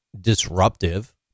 disruptive